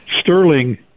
Sterling